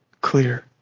clear